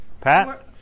Pat